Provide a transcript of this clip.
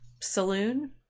saloon